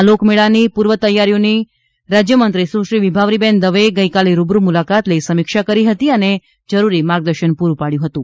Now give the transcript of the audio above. આ લોકમેળાની પૂર્વ તૈયારીઓની રાજ્યમંત્રી સુશ્રી વિભાવરીબેન દવેએ ગઇકાલે રૂબરૂ મુલાકાત લઈ સમીક્ષા કરી હતી અને જરૂરી માર્ગદર્શન પૂરું પાડચું હતું